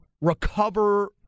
recover